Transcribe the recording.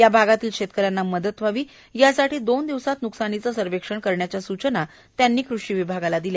या भागातील शेतकऱ्यांना मदत व्हावी यासाठी दोन दिवसांत नुकसानीचे सर्व्हेक्षण करण्याच्या सूचना त्यांनी कृषि विभागाला दिल्या